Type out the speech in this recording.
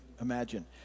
imagine